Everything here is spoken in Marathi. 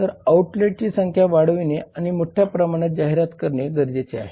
तर आउटलेटची संख्या वाढविणे आणि मोठ्या प्रमाणात जाहिरात करणे गरजेचे आहे